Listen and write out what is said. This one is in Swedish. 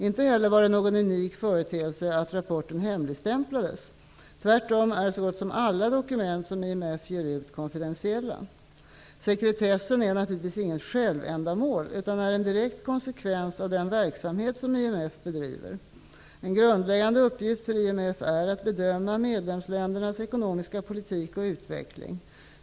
Inte heller var det någon unik företeelse att rapporten hemligstämplades. Tvärtom är så gott som alla dokument som IMF ger ut konfidentiella. Sekretessen är naturligtvis inget självändamål utan är en direkt konsekvens av den verksamhet som IMF bedriver. En grundläggande uppgift för IMF är att bedöma medlemsländernas ekonomiska politik och utveckling.